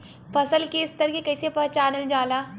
फसल के स्तर के कइसी पहचानल जाला